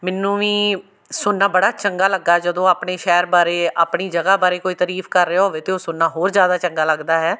ਮੈਨੂੰ ਵੀ ਸੁਣਨਾ ਬੜਾ ਚੰਗਾ ਲੱਗਾ ਜਦੋਂ ਆਪਣੇ ਸ਼ਹਿਰ ਬਾਰੇ ਆਪਣੀ ਜਗ੍ਹਾ ਬਾਰੇ ਕੋਈ ਤਾਰੀਫ਼ ਕਰ ਰਿਹਾ ਹੋਵੇ ਤਾਂ ਉਹ ਸੁਣਨਾ ਹੋਰ ਜ਼ਿਆਦਾ ਚੰਗਾ ਲੱਗਦਾ ਹੈ